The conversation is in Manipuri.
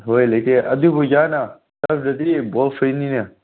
ꯍꯣꯏ ꯂꯩꯇꯦ ꯑꯗꯨꯕꯨ ꯌꯥꯅ ꯌꯥꯎꯗ꯭ꯔꯗꯤ ꯕꯣꯜ ꯐ꯭ꯔꯤꯅꯤꯅꯦ